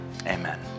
Amen